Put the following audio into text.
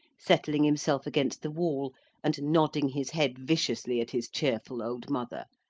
settling himself against the wall and nodding his head viciously at his cheerful old mother.